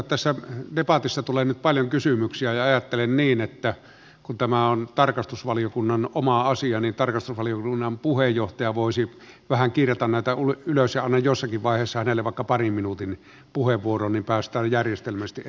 tässä debatissa tulee nyt paljon kysymyksiä ja ajattelen niin että kun tämä on tarkastusvaliokunnan oma asia niin tarkastusvaliokunnan puheenjohtaja voisi vähän kirjata näitä ylös ja annan jossakin vaiheessa hänelle vaikka parin minuutin puheenvuoron niin päästään järjestelmällisesti eteenpäin